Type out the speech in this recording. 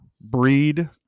breed